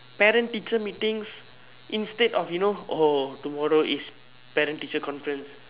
parent teacher meetings instead of you know oh tomorrow is parent teacher conference